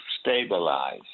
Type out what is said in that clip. stabilize